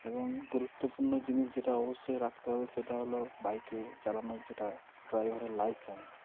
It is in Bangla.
এবং গুরুত্বপূর্ণ জিনিস যেটা অবশ্যই রাখতে হবে সেটা হলো বাইকে চালানোর যেটা ড্রাইভারের লাইসেন্স